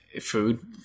Food